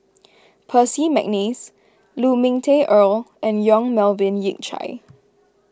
Percy McNeice Lu Ming Teh Earl and Yong Melvin Yik Chye